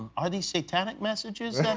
are these satanic messages? and